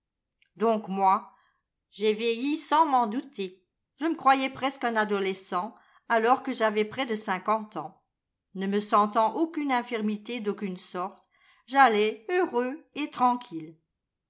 donc moi j'ai vieilli sans m'en douter je me croyais presque un adolescent alors que j'avais près de cinquante ans ne me sentant aucune infirmité d'aucune sorte j'allais heureux et tranquille